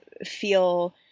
feel